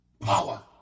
Power